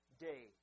day